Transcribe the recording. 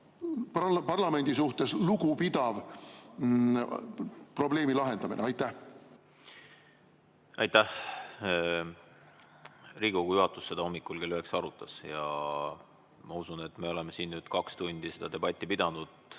parlamendi suhtes lugupidav probleemi lahendamine. Aitäh! Riigikogu juhatus seda hommikul kell 9 arutas ja me oleme siin nüüd kaks tundi seda debatti pidanud,